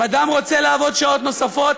אם אדם רוצה לעבוד שעות נוספות,